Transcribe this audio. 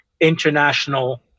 international